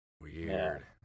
weird